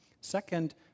Second